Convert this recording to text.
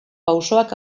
pausoak